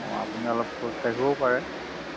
অঁ আপুনি অলপ খোজকাাঢ়িবও পাৰে